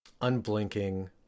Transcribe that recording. unblinking